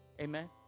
Amen